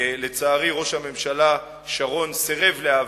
לצערי, ראש הממשלה שרון סירב להעביר,